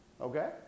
Okay